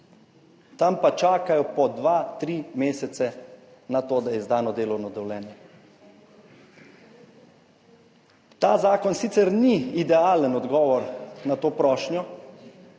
tam pa čakajo po 2, 3 mesece na to, da je izdano delovno dovoljenje. Ta zakon sicer ni idealen odgovor na to prošnjo.